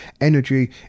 energy